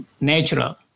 natural